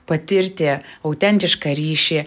patirti autentišką ryšį